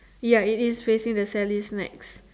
ya it is facing the sallies necks